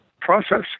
process